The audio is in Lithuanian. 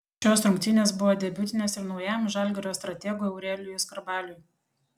šios rungtynės buvo debiutinės ir naujajam žalgirio strategui aurelijui skarbaliui